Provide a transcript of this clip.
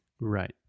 right